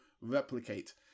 replicate